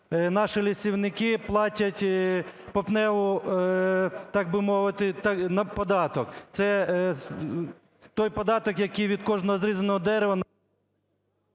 наші лісівники платять "попневий", так би мовити, податок. Це той податок, який від кожного зрізаного дерева…